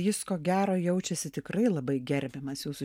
jis ko gero jaučiasi tikrai labai gerbiamas jūsų